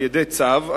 על-ידי צו,